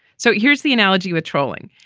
so here's the analogy with trolling.